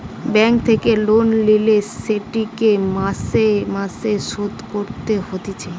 bank থেকে loan লিলে সেটিকে মাসে মাসে শোধ করতে হতিছে